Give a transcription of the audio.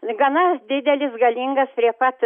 gana didelis galingas prie pat